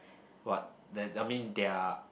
what that I mean their